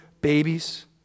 babies